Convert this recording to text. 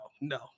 no